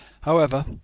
However